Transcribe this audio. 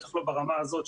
בטח לא ברמה הזאת,